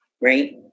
Right